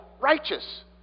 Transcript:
righteous